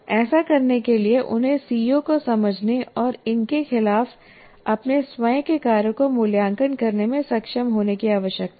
ऐसा करने के लिए उन्हें सीओ को समझने और इनके खिलाफ अपने स्वयं के कार्य का मूल्यांकन करने में सक्षम होने की आवश्यकता है